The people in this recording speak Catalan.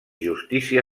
justícia